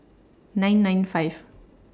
nine nine five